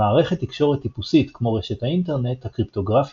במערכת תקשורת טיפוסית כמו רשת האינטרנט הקריפטוגרפיה